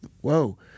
whoa